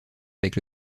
avec